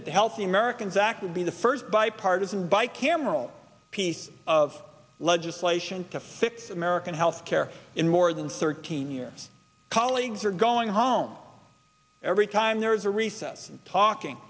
that the healthy americans act would be the first bipartisan by cameral piece of legislation to fix american health care in more than thirteen years colleagues are going home every time there's a recess talking